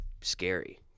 scary